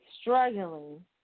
struggling